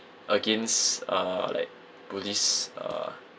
against uh like police uh